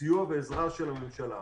סיוע ועזרה של הממשלה.